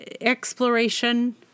exploration